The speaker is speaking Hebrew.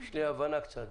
יש הבנה קצת.